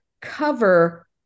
cover